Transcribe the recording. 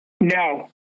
No